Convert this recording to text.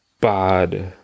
bad